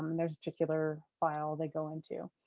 there's a particular file they go into.